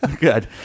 Good